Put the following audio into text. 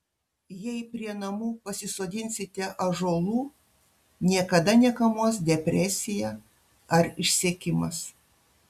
jei prie namų pasisodinsite ąžuolų niekada nekamuos depresija ar išsekimas